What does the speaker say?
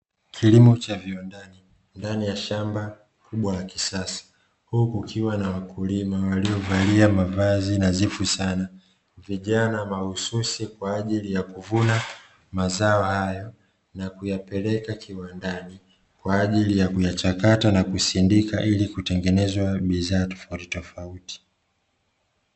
Kilimo cha viwandani ndani ya shamba kubwa la kisasa huku kukiwa na mkulima waliovalia mavazi na zifu sana, vijana mahususi kwa ajili ya kuvuna mazao hayo na kuyapeleka kiwandani, kwa ajili ya kuyachakata na kusindika ili kutengeneza bidhaa tofautitofauti.